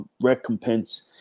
recompense